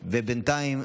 מתנגדים.